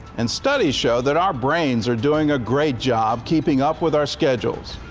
and studies show that our brains are doing a great job keeping up with our schedules.